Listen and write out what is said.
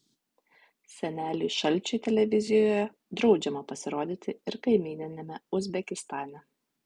seneliui šalčiui televizijoje draudžiama pasirodyti ir kaimyniniame uzbekistane